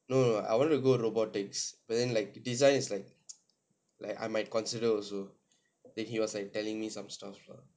no no I want to go robotics but then like design is like like I might consider also then he was like telling me some stuff lah